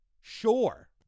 Sure